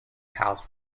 pals